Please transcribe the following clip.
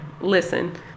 listen